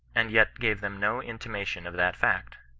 and yet gave them no intimation of that fact.